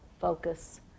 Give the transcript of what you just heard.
focus